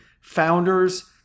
founders